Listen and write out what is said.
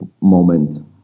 moment